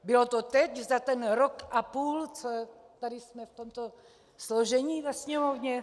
Bylo to teď za rok a půl, co tady jsme v tomto složení ve Sněmovně?